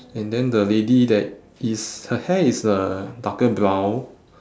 and then the lady that is her hair is uh darker brown